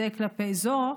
זה כלפי זו.